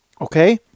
Okay